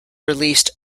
released